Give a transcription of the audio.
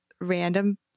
random